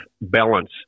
balance